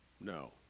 No